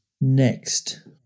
next